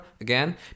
again